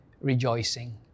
rejoicing